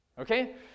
Okay